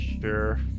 Sure